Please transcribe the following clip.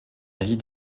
avis